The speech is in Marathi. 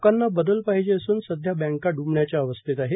लोकांना बदल पाहिजे असून सध्या बँका डुंबण्याच्या अवस्थेत आहे